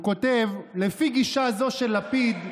שבה הוא כותב: "לפי גישה זו של לפיד,